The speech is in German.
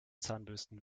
zahnbürsten